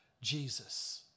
Jesus